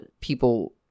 people